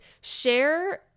share